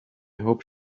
hope